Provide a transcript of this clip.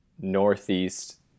Northeast